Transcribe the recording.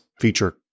feature